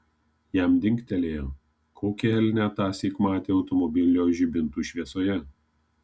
jam dingtelėjo kokį elnią tąsyk matė automobilio žibintų šviesoje